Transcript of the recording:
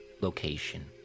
location